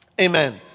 Amen